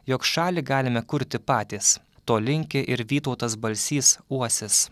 jog šalį galime kurti patys to linki ir vytautas balsys uosis